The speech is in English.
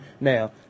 now